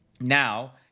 Now